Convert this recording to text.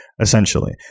Essentially